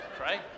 right